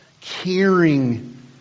caring